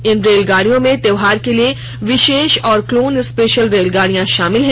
इन रेलगाडियो में त्यौहार के लिए विशेष और क्लोन स्पेशल रेलगाडियां शामिल हैं